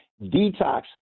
detox